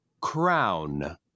Crown